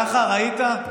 ככה ראית?